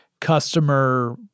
customer